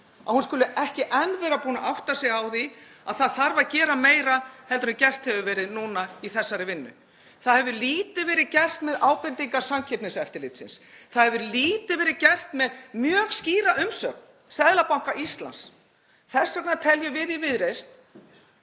að hún skuli ekki enn vera búin að átta sig á því að það þarf að gera meira heldur en gert hefur verið núna í þessari vinnu. Það hefur lítið verið gert með ábendingar Samkeppniseftirlitsins. Það hefur lítið verið gert með mjög skýra umsögn Seðlabanka Íslands. Þess vegna teljum við í Viðreisn,